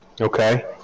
Okay